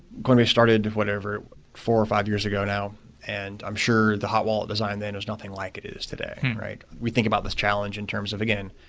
coinbase started whatever, four or five years ago now and i'm sure the hot wallet design then was nothing like it is today. we think about this challenge in terms of, again,